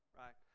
right